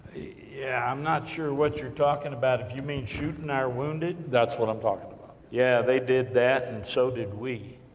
yeah, i'm not sure what you're talking about. you mean shooting our wounded? that's what i'm talking about. yeah, they did that, and so did we.